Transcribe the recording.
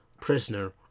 prisoner